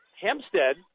Hempstead